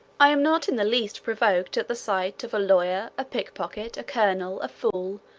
i am not in the least provoked at the sight of a lawyer, a pickpocket, a colonel, a fool,